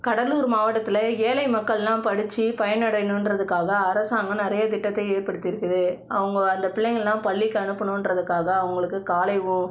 கடலூர் மாவட்டத்தில் ஏழை மக்களெலாம் படிச்சு பயனடையணுன்றதுக்காக அரசாங்கம் நிறையா திட்டத்தை ஏற்படுத்தியிருக்குது அவங்க அந்த பிள்ளைங்களெலாம் பள்ளிக்கு அனுப்பணுன்றதுக்காக அவங்களுக்கு காலை உ